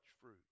fruit